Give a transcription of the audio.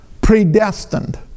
predestined